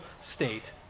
state